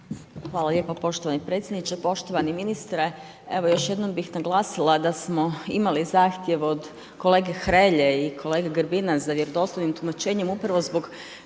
Hvala lijepa poštovani predsjedniče. Poštovani ministre, evo još jednom bih naglasila da smo imali zahtjev od kolege Hrelje i kolege Grbina za vjerodostojnim tumačenjem upravo zbog